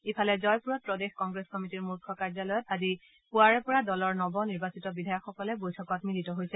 ইফালে জয়পুৰত প্ৰদেশ কংগ্ৰেছ কমিটীৰ মুখ্য কাৰ্যালয়ত আজি পুৱাৰে পৰা দলৰ নৱ নিৰ্বাচিত বিধায়কসকলে বৈঠকত মিলিত হৈছে